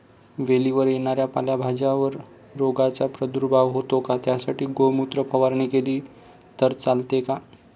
वेलीवर येणाऱ्या पालेभाज्यांवर रोगाचा प्रादुर्भाव होतो का? त्यासाठी गोमूत्र फवारणी केली तर चालते का?